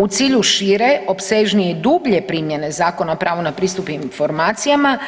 U cilju šire, opsežnije i dublje primjene Zakona o pravu na pristup informacijama